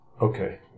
Okay